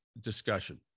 discussion